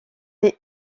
des